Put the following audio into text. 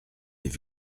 les